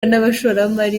n’abashoramari